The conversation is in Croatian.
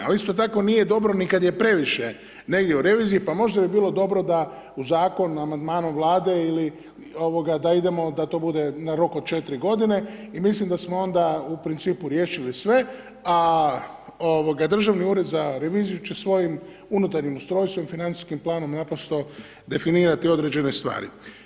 Ali isto tako, nije dobro ni kada je previše negdje u reviziji, pa možda bi bilo dobro da u Zakonu, Amandmanu Vlade ili ovoga da idemo, da to bude na rok od 4 godine i mislim da smo onda u principu riješili sve, a ovoga Državni ured za reviziju će svojim unutarnjim ustrojstvom i financijskim planom naprosto definirati određene stvari.